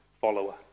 follower